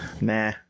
Nah